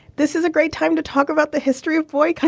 this is a great time to talk about the history of boy